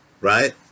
Right